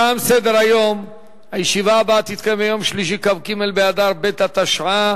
תשעה בעד, שני מתנגדים, אין נמנעים.